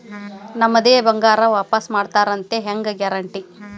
ನಮ್ಮದೇ ಬಂಗಾರ ವಾಪಸ್ ಕೊಡ್ತಾರಂತ ಹೆಂಗ್ ಗ್ಯಾರಂಟಿ?